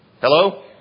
Hello